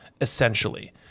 essentially